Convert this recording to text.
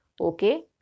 okay